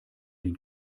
den